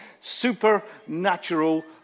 supernatural